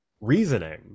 reasoning